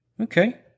Okay